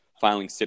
filing